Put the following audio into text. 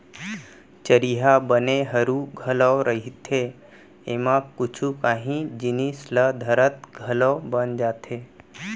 चरिहा बने हरू घलौ रहिथे, एमा कुछु कांही जिनिस ल धरत घलौ बन जाथे